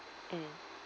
mm